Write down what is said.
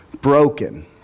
broken